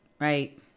Right